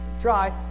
try